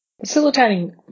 Facilitating